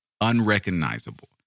unrecognizable